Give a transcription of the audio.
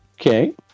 Okay